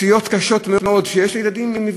פציעות קשות מאוד שיש לילדים.